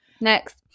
Next